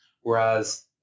whereas